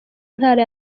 ntara